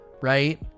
right